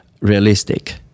realistic